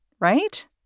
right